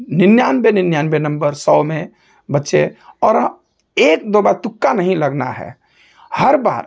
निन्याननवे निन्याननवे नंबर सौ में बच्चे और हाँ एक बार भी तुक्का नहीं लगना है हर बार